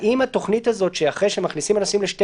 התוכנית הזאת שאחרי שמכניסים אנשים לשתי